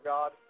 God